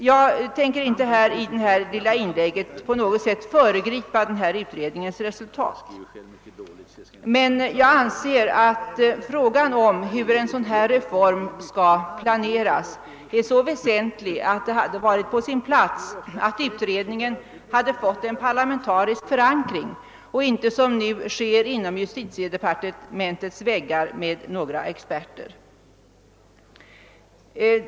Jag tänker inte i detta inlägg på något sätt föregripa utredningens resultat, men jag anser att frågan om hur en sådan reform skall planeras är så väsentlig, att det hade varit på sin plats att utredningen hade fått en parlamentarisk förankring och inte som nu görs inom justitiedepartementets väggar med några experter.